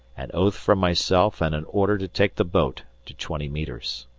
an oath from myself and an order to take the boat to twenty metres.